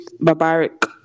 barbaric